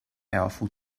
powerful